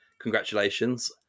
Congratulations